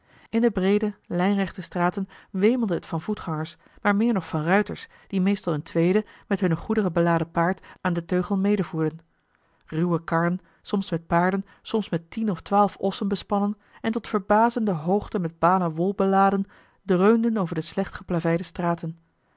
in de breede lijnrechte straten wemelde het van voet gangers maar meer nog van ruiters die meestal een tweede met hunne goederen beladen paard aan den teugel medevoerden ruwe karren soms met paarden soms met tien of twaalf ossen bespannen en tot verbazende hoogte met balen wol beladen dreunden over de slecht geplaveide straten